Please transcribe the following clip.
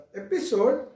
episode